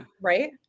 right